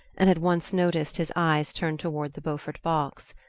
and had once noticed his eyes turned toward the beaufort box.